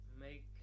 Make